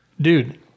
dude